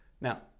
Now